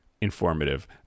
informative